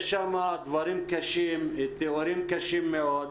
ויש שם דברים קשים, תיאורים קשים מאוד.